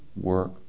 work